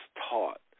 taught